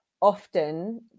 often